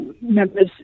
Members